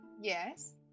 Yes